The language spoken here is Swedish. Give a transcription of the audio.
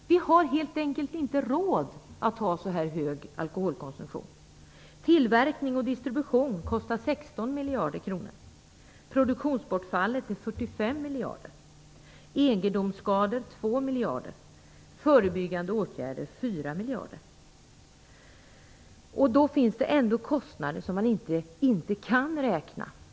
Vi har helt enkelt inte råd att ha en så här hög alkoholkonsumtion. Tillverkning och distribution kostar 16 miljarder kronor. Produktionsbortfallet kostar 45 miljarder, egendomsskador 2 miljarder och förebyggande åtgärder 4 miljarder. Då finns det ändå kostnader som inte kan räknas.